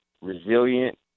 resilient